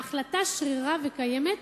ההחלטה שרירה וקיימת,